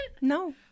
No